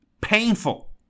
painful